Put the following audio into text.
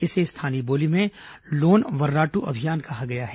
इसे स्थानीय बोली में लोन वर्राटू अभियान कहा गया है